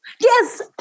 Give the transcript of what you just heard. Yes